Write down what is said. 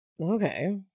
okay